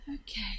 okay